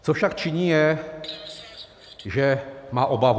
Co však činí, je, že má obavu.